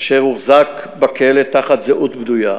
אשר הוחזק בכלא תחת זהות בדויה.